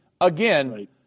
Again